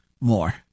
more